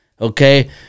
okay